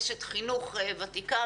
אשת חינוך ותיקה,